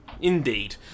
Indeed